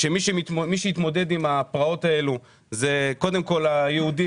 ומי שהתמודד עם הפרעות האלה זה קודם כול היהודים,